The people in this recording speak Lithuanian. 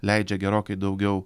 leidžia gerokai daugiau